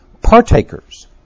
partakers